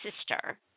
sister –